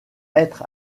être